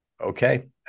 Okay